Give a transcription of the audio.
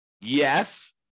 Yes